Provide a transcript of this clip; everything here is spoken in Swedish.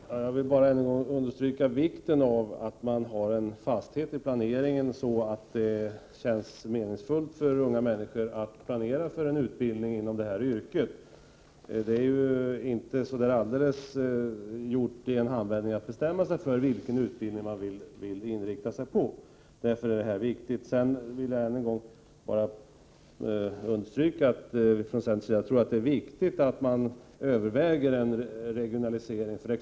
Herr talman! Jag vill bara ännu en gång understryka vikten av att man har en fasthet i planeringen så att det känns meningsfullt för unga människor att planera för en utbildning inom det här yrket. Man bestämmer sig inte i en handvändning för vilken utbildning man vill inrikta sig på. Därför är detta viktigt. Sedan vill jag från centerns sida understryka att det är viktigt att man överväger en regionalisering.